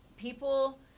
people